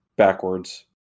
backwards